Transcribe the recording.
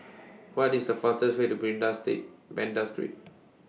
What IS The fastest Way to State Banda Street